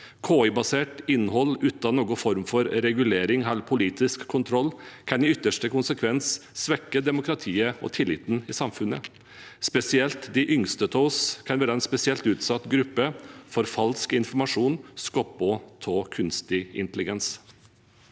KI-basert innhold uten noen form for regulering eller politisk kontroll kan i ytterste konsekvens svekke demokratiet og tilliten i samfunnet. Spesielt de yngste av oss kan være en spesielt utsatt gruppe for falsk informasjon skapt av kunstig intelligens.